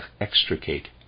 extricate